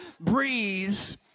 breeze